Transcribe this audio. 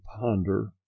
ponder